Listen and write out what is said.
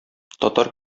татар